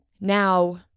Now